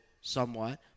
somewhat